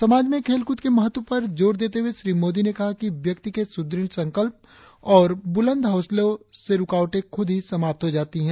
समाज में खेल क्रद के महत्व पर जोर देते हुए श्री मोदी ने कहा कि व्यक्ति के सुदृढ़ संकल्प और ब्रलंद हौंसलों से रुकावटें ख्रद की समाप्त हो जाती है